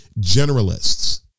generalists